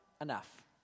enough